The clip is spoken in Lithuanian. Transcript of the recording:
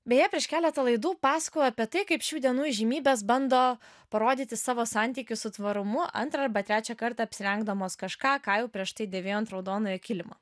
beje prieš keletą laidų pasakojau apie tai kaip šių dienų įžymybės bando parodyti savo santykius su tvarumu antrą arba trečią kartą apsirengdamos kažką ką jau prieš tai dėvėjo ant raudonojo kilimo